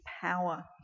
power